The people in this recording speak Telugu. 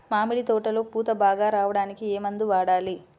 మామిడి తోటలో పూత బాగా రావడానికి ఏ మందు వాడాలి?